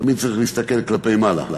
תמיד צריך להסתכל כלפי מעלה.